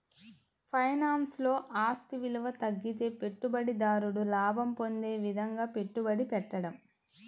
ఫైనాన్స్లో, ఆస్తి విలువ తగ్గితే పెట్టుబడిదారుడు లాభం పొందే విధంగా పెట్టుబడి పెట్టడం